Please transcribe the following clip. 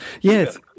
Yes